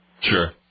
Sure